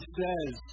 says